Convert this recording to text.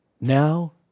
Now